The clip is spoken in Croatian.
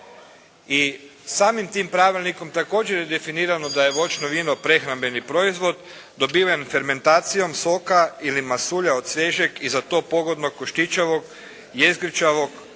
i samim tim pravilnikom također je definirano da je voćno vino prehrambeni proizvod dobiven fermentacijom soka ili masulja od svježeg i za to pogodnog koštićavog, jezgričavog,